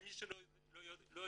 למי שלא יודע,